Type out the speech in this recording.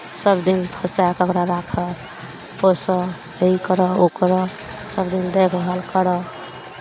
सभदिन फँसाए कऽ ओकरा राखह पोसह ई करह ओ करह सभदिन देखभाल करह